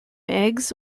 eggs